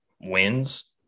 wins